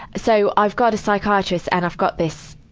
so, i've got a psychiatrist and i've got this,